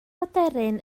aderyn